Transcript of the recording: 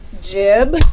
Jib